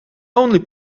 only